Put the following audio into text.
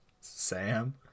Sam